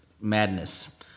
madness